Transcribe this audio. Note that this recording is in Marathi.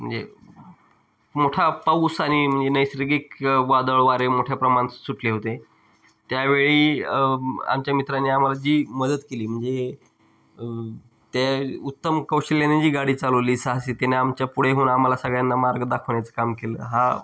म्हणजे मोठा पाऊस आणि म्हणजे नैसर्गिक वादळ वारे मोठ्या प्रमाणात सुटले होते त्यावेळी आमच्या मित्राने आम्हाला जी मदत केली म्हणजे ते उत्तम कौशल्याने जी गाडी चालवली साहसिकतेने आमच्या पुढे होऊन आम्हाला सगळ्यांना मार्ग दाखवण्याचं काम केलं हा